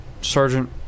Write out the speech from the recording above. Sergeant